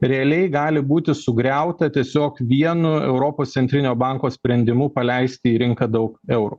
realiai gali būti sugriauta tiesiog vienu europos centrinio banko sprendimu paleisti į rinką daug eurų